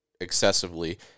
excessively